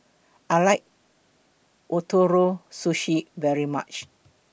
I like Ootoro Sushi very much